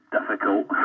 difficult